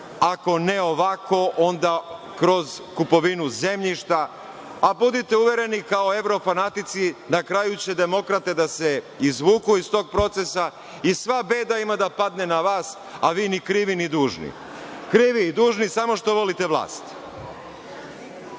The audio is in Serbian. ako ne ovako, onda kroz kupovinu zemljišta, a budite uvereni kao evrofanatici na kraju demokrate će se izvući iz tog procesa i sva beda ima da padne na vas, a vi ni krivi ni dužni. Krivi i dužni, samo što volite vlast.